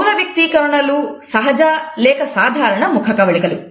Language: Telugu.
స్థూల వ్యక్తీకరణలు సహజ లేక సాధారణ ముఖకవళికలు